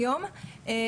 של האנונימיות,